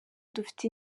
dufite